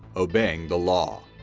obeying the law.